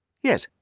yes,